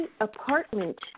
apartment